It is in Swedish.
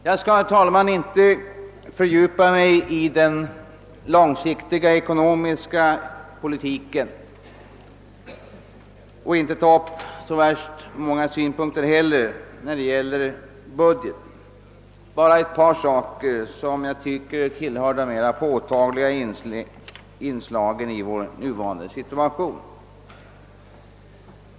Jag skall, herr talman, inte fördjupa mig i den långsiktiga ekonomiska politiken och inte heller ta upp så särskilt många synpunkter när det gäller budgeten utan bara beröra ett par saker som enligt min mening tillhör de mera påtagliga inslagen i den nuvarande situationen.